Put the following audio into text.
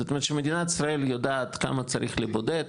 זאת אומרת שמדינת ישראל יודעת כמה צריך לבודד,